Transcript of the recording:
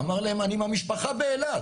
אמר להם אני עם המשפחה באילת.